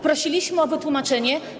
Prosiliśmy o wytłumaczenie.